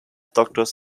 doctors